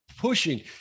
pushing